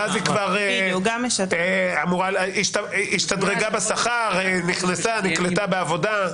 ואז היא גם השתדרגה בשכר ונקלטה בעבודה.